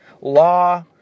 law